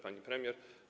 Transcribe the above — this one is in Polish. Pani Premier!